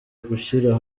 gushyira